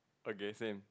okay same